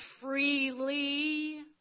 freely